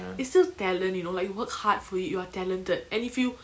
it's still talent you know like you work hard for it you are talented and if you